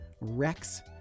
REx